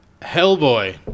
Hellboy